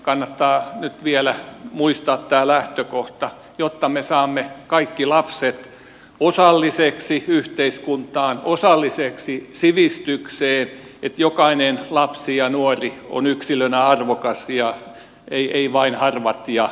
kannattaa nyt vielä muistaa tämä lähtökohta jotta me saamme kaikki lapset osallisiksi yhteiskuntaan osallisiksi sivistykseen että jokainen lapsi ja nuori on yksilönä arvokas eivät vain harvat ja valitut